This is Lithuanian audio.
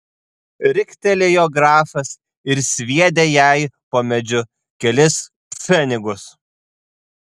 riktelėjo grafas ir sviedė jai po medžiu kelis pfenigus